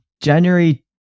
January